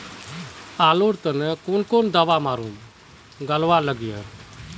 आलूर तने तने कौन दावा मारूम गालुवा लगली?